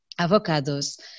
avocados